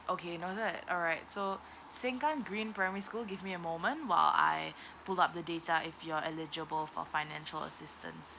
okay noted alright so sengkang green primary school give me a moment while I pull up the data if you're eligible for financial assistance